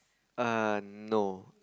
err no